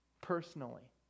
personally